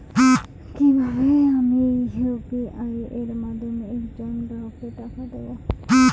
কিভাবে আমি ইউ.পি.আই এর মাধ্যমে এক জন গ্রাহককে টাকা দেবো?